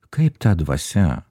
kaip ta dvasia